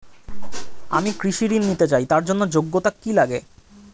আমি কৃষি ঋণ নিতে চাই তার জন্য যোগ্যতা কি লাগে?